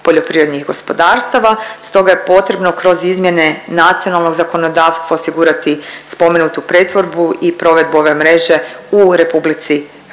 poljoprivrednih gospodarstava. Stoga je potrebno kroz izmjene nacionalnog zakonodavstva osigurati spomenutu pretvorbu i provedbu ove mreže u RH, a kako